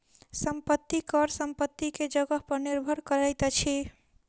संपत्ति कर संपत्ति के जगह पर निर्भर करैत अछि